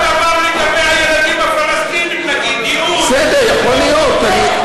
על הילדים הפלסטינים, בסדר, יכול להיות.